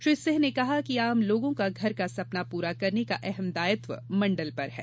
श्री सिंह ने कहा कि आम लोगों का घर का सपना पूरा करने का अहम दायित्व मण्डल पर है